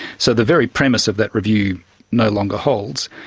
so the very premise of that review no longer holds.